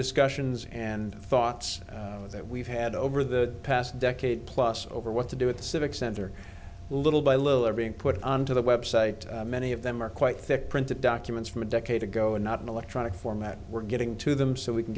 discussions and thoughts that we've had over the past decade plus over what to at the civic center little by little are being put onto the website many of them are quite thick printed documents from a decade ago and not an electronic format we're getting to them so we can